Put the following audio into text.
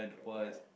regret